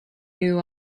new